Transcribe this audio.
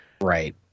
right